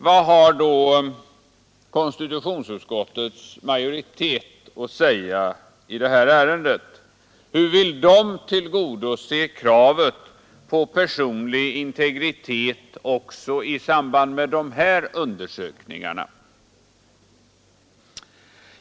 Vad har då konstitutionsutskottets majoritet att säga i detta ärende? Hur vill den tillgodose kravet på personlig integritet också i samband med de här undersökningarna?